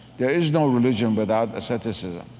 there is no religion without asceticism.